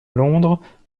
londres